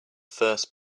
first